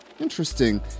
Interesting